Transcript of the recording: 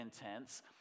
intense